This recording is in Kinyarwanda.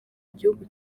gihugu